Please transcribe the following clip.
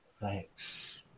Thanks